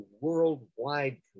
worldwide